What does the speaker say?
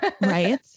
Right